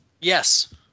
Yes